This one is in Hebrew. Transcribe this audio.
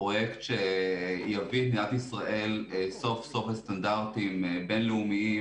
פרויקט שיביא את מדינת ישראל סוף סוף לסטנדרטים בין-לאומיים.